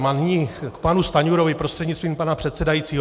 A nyní k panu Stanjurovi prostřednictvím pana předsedajícího.